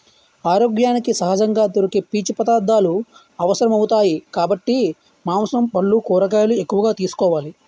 ఆరోగ్యానికి సహజంగా దొరికే పీచు పదార్థాలు అవసరమౌతాయి కాబట్టి మాంసం, పల్లు, కూరగాయలు ఎక్కువగా తీసుకోవాలి